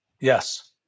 Yes